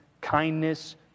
kindness